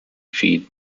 feed